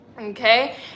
Okay